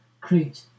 create